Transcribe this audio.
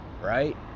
right